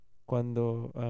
Cuando